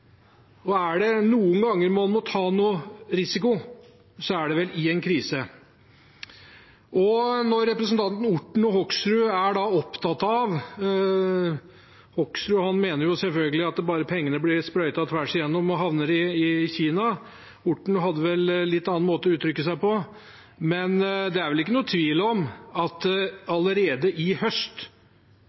Er det noen gang man må ta risiko, er det vel i en krise. Representanten Hoksrud mente at pengene bare blir sprøytet tvers igjennom og havner i Kina, mens representanten Orten hadde en litt annen måte å uttrykke seg på. Men det er vel ingen tvil om at allerede i høst